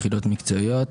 יחידות מקצועיות,